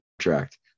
contract